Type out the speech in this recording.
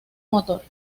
motor